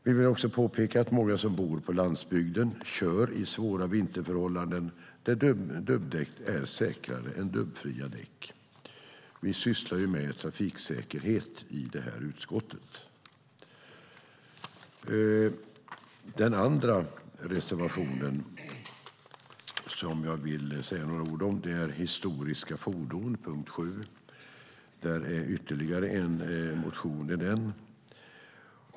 Jag vill vidare påpeka att många som bor på landsbygden kör i svåra vinterförhållanden där dubbdäck är säkrare än dubbfria däck. Vi sysslar ju med trafiksäkerhet i det här utskottet. Den andra reservation som jag vill säga några ord om gäller historiska fordon, punkt 7, där det finns motioner.